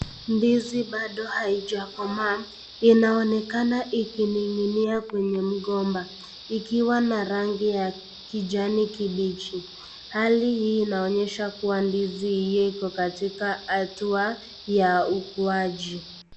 Ndizi bado aijakomaa, inaonekana ikiningininia kwenye gomba. ikiwa na rangi ya kijani kibichi. Hali hii inaonyesha kuwa ndizi hii iko katika hatua ya ukuaji.